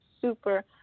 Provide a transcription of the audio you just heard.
super